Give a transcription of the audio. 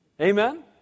Amen